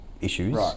issues